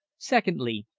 secondly,